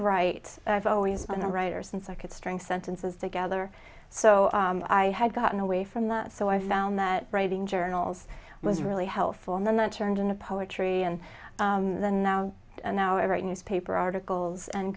write i've always been a writer since i could string sentences together so i had gotten away from that so i found that writing journals was really helpful in the not turned into poetry and then an hour every newspaper articles and